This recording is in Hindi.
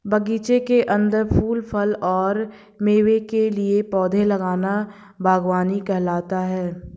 बगीचे के अंदर फूल, फल और मेवे के लिए पौधे लगाना बगवानी कहलाता है